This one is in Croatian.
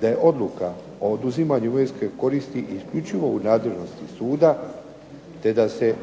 da je odluka o oduzimanju imovinske koristi isključivo u nadležnosti suda, te da se